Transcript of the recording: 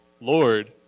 Lord